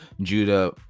Judah